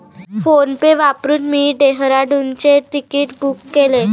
PhonePe वापरून मी डेहराडूनचे तिकीट बुक केले